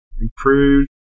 improved